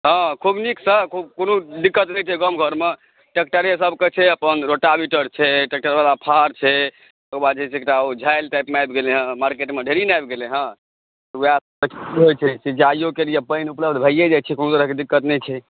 हँ खूब नीकसँ कोनो दिकक्त नहि छै गाम घरमे ट्रैक्टरे सबके छै अपन रोटाबेटर छै ट्रेक्टर वला फार छै ओकरबाद जे छै एकटा झालि टाइपके आबि गेलै हँ मार्केटमे ढ़ेरी ने आबि गेलै हँ तऽ ओएह सिचाइयोके लेल पानि उपलब्ध भए जाइत छै कोनो तरहके दिकक्त नहि छै